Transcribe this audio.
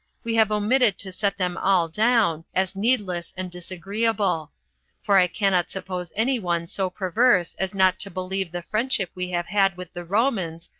we have omitted to set them all down, as needless and disagreeable for i cannot suppose any one so perverse as not to believe the friendship we have had with the romans,